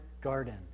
garden